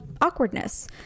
awkwardness